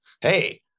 Hey